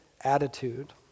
attitude